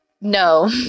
no